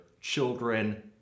children